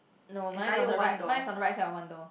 no mine is on the right mine is on the right side of one door